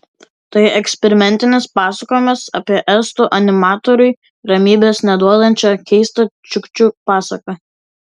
tai eksperimentinis pasakojimas apie estų animatoriui ramybės neduodančią keistą čiukčių pasaką